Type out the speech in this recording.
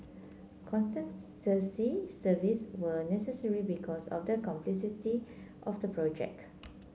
services were necessary because of the complexity of the project